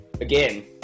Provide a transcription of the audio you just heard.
again